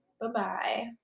bye-bye